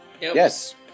yes